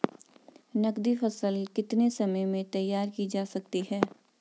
नगदी फसल कितने समय में तैयार की जा सकती है?